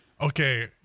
Okay